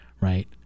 right